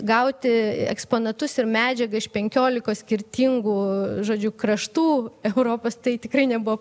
gauti eksponatus ir medžiagą iš penkiolikos skirtingų žodžiu kraštų europos tai tikrai nebuvo